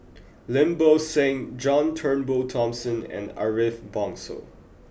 Lim Bo Seng John Turnbull Thomson and Ariff Bongso